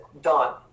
done